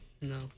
no